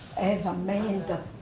as a man but